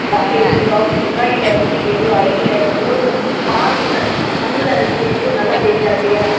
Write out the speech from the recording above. கண்ணில் எதுவும் ப்ராப்ளம் இருக்கா இல்லை வந்து எதுவும் ஐயில உங்களுக்கு பார்வை நல்ல கண்ணில் இது இது நல்லா தெரியிதா க்ளீயராக